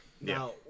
Now